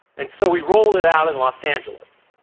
and so we rolled it out in los angeles